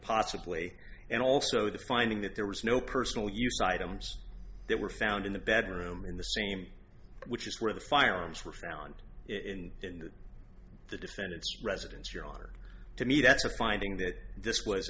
possibly and also the finding that there was no personal use items that were found in the bedroom in the same which is where the firearms were found in the defendant's residence your honor to me that's a finding that this was